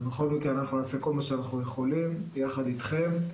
בכל מקרה אנחנו נעשה כל מה שאנחנו יכולים יחד איתכם.